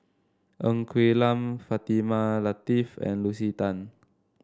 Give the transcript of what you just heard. Ng Quee Lam Fatimah Lateef and Lucy Tan